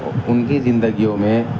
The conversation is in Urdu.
ان کی زندگیوں میں